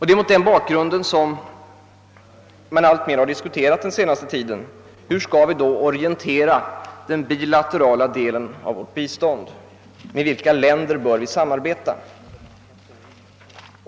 Det är mot denna bakgrund som diskussionen den senaste tiden alltmer kommit att röra frågan: Hur skall vi då orientera den bilaterala delen av vårt bistånd, med vilka länder bör vi samarbeta?